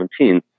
2017